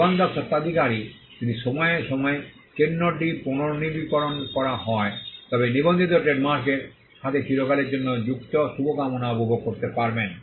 নিবন্ধক স্বত্বাধিকারী যদি সময়ে সময়ে চিহ্নটি পুনর্নবীকরণ করা হয় তবে নিবন্ধিত ট্রেডমার্কের সাথে চিরকালের জন্য যুক্ত শুভকামনা উপভোগ করতে পারবেন